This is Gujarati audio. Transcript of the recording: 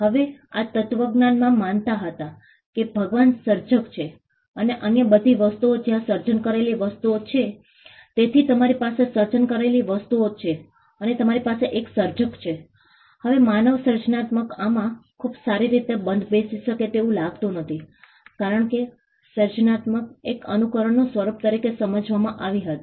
હવે આ તત્વજ્ઞાન માં માનતા હતા કે ભગવાન સર્જક છે અને અન્ય બધી વસ્તુઓ જ્યાં સર્જન કરેલી વસ્તુઓ છે તેથી તમારી પાસે સર્જન કરેલી વસ્તુઓ છે અને તમારી પાસે એક સર્જક છે હવે માનવ સર્જનાત્મકતા આમાં ખૂબ સારી રીતે બંધબેસી શકે તેવું લાગતું નથી કારણ કે સર્જનાત્મકતા એક અનુકરણના સ્વરૂપ તરીકે સમજવામાં આવી હતી